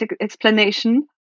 explanation